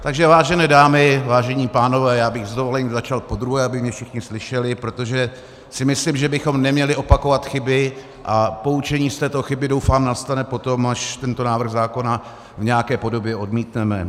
Takže vážené dámy, vážení pánové, já bych s dovolením začal podruhé, aby mě všichni slyšeli, protože si myslím, že bychom neměli opakovat chyby, a poučení z této chyby, doufám, nastane potom, až tento návrh zákona v nějaké podobě odmítneme.